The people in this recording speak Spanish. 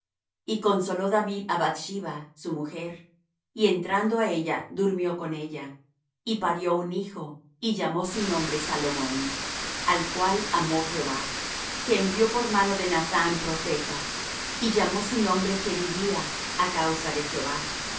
y consoló david á bath sheba su mujer y entrando á ella durmió con ella y parió un hijo y llamó su nombre salomón al cual amó jehová que envió por mano de nathán profeta y llamó su nombre jedidiah á causa de jehová